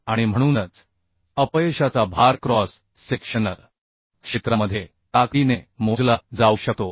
आणि म्हणूनच अपयशाचा भार क्रॉस सेक्शनल क्षेत्रामध्ये ताकदीने मोजला जाऊ शकतो